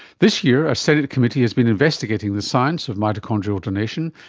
this year a senate committee has been investigating the science of mitochondrial donation,